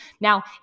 now